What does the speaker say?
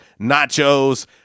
nachos